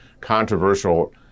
controversial